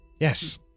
Yes